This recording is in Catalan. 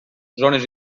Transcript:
zones